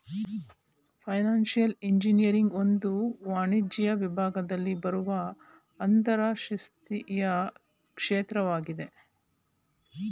financial engineering ಒಂದು ವಾಣಿಜ್ಯ ವಿಭಾಗದಲ್ಲಿ ಬರುವ ಅಂತರಶಿಸ್ತೀಯ ಕ್ಷೇತ್ರವಾಗಿದೆ